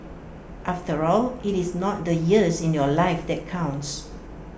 after all IT is not the years in your life that counts